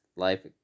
life